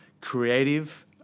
creative